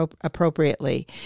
appropriately